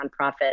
nonprofit